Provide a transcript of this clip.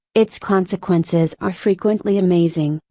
its consequences are frequently amazing,